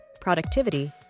productivity